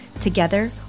Together